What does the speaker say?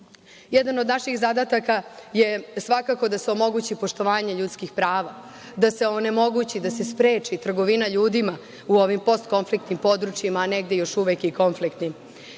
Jedan od naših zadataka je svakako da se omogući poštovanje ljudskih prava, da se onemogući, da se spreči trgovina ljudima u ovim postkonfliktnim područjima, a negde još uvek i konfliktnim. Mi